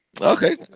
Okay